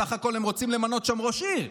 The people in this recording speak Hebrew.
סך הכול הם רוצים למנות שם ראש עיר,